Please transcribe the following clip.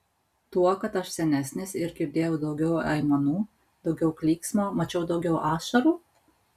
tuo kad aš senesnis ir girdėjau daugiau aimanų daugiau klyksmo mačiau daugiau ašarų